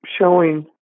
showing